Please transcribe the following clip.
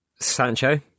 Sancho